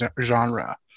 genre